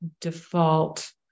default